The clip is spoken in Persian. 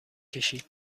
کشید